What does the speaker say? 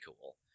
cool